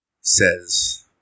says